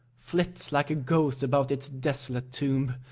flits like a ghost about its desolate tomb,